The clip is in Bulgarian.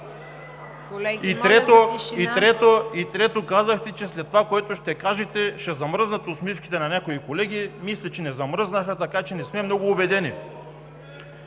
И трето, казахте, че след това, което ще кажете, ще замръзнат усмивките на някои колеги. Мисля, че не замръзнаха, така че не сме много убедени.